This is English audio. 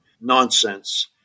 nonsense